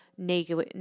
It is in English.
negative